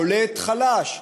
שולט חלש,